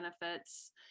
benefits